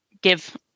give